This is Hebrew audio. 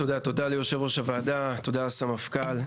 תודה ליושב ראש הוועדה ותודה לסמפכ״ל,